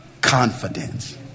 confidence